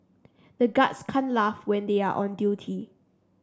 the guards can't laugh when they are on duty